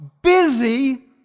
busy